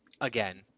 again